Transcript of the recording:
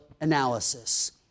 analysis